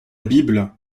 bible